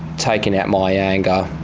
taking out my anger